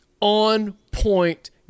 on-point